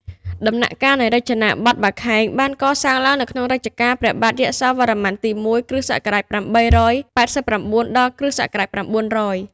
ដំណាក់កាលនៃរចនាបថបាខែង បានកសាងឡើងនៅក្នុងរជ្ជកាលព្រះបាទ យសោវរ្ម័នទី១ (គ.ស. ៨៨៩ ដល់ គ.ស.៩០០)។